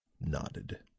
nodded